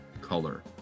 color